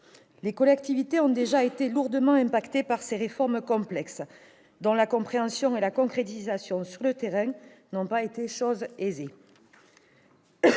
Les collectivités territoriales ont déjà été lourdement impactées par ces réformes complexes, dont la compréhension et la concrétisation sur le terrain n'ont pas été chose aisée.